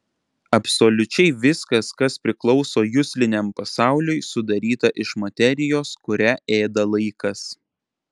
absoliučiai viskas kas priklauso jusliniam pasauliui sudaryta iš materijos kurią ėda laikas